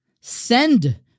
Send